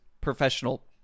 professional